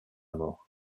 mort